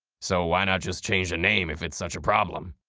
so, why not just change the name if it's such a problem?